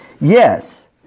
Yes